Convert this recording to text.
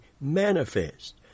manifest